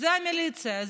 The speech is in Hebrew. זו המיליציה.